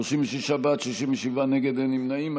36 בעד, 67 נגד, אין נמנעים.